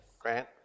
Grant